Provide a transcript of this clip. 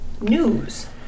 News